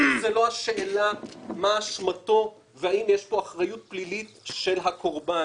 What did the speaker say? זו לא השאלה מה אשמתו והאם יש פה אחריות פלילית של הקורבן